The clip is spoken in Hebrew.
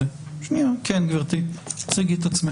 אז אתה אומר: נטפל בהם --- אדוני,